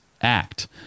ACT